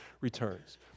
returns